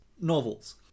novels